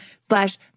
slash